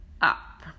up